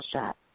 shot